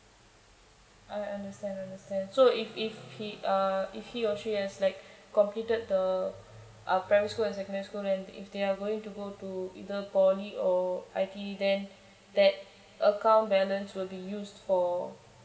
I understand understand so if if he uh if he or she has like completed the uh primary school and secondary school then if they are going to go to either poly or I_T_E then that account balance will be used for